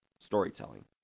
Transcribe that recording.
storytelling